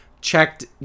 checked